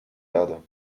erde